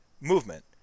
movement